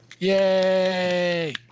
Yay